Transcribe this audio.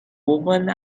woman